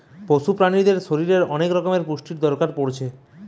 পশু প্রাণীদের শরীরের অনেক রকমের পুষ্টির দরকার পড়তিছে